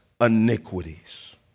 iniquities